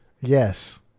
yes